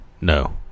No